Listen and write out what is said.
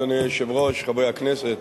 אדוני היושב-ראש, חברי הכנסת,